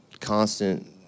constant